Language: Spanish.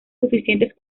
suficientes